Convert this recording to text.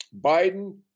Biden